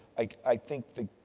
i think the,